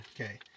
Okay